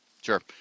Sure